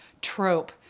trope